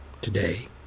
today